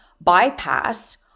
bypass